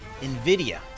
NVIDIA